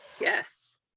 Yes